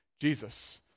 Jesus